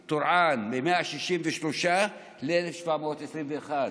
טורעאן, מ-163 ל-1,721,